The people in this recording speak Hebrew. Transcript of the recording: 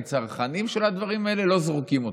כאחד הצרכנים של הדברים האלה: לא זורקים אותם.